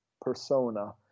persona